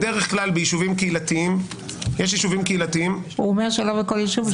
בדרך כלל ביישובים קהילתיים --- הוא אומר שלא בכל יישוב.